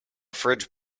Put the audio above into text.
fridge